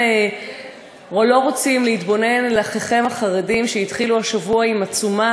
או לא רוצים להתבונן אל אחיכם החרדים שהתחילו השבוע עם עצומה